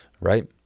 right